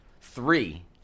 three